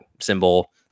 symbol